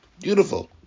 Beautiful